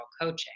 coaching